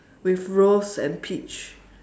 with rose and peach